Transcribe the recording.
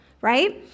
right